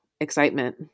excitement